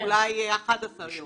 אולי 11 יום.